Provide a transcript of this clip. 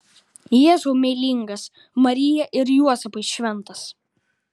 jėzau meilingas marija ir juozapai šventas